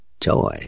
joy